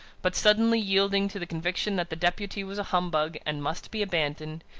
but, suddenly yielding to the conviction that the deputy was a humbug, and must be abandoned,